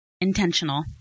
intentional